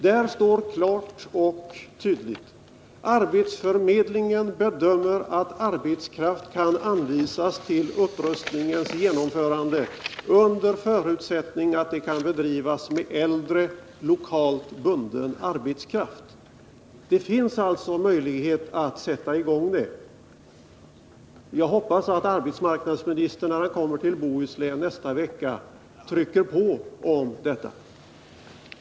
Där står det klart och tydligt: Arbetsförmedlingen bedömer att arbetskraft kan anvisas för upprustningens genomförande under förutsättning att arbetet kan bedrivas med äldre lokalt bunden arbetskraft. Det finns alltså möjlighet att sätta i gång arbetet. Jag hoppas att arbetsmarknadsministern när han kommer till Bohuslän nästa vecka trycker på i dessa ärenden.